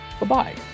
Bye-bye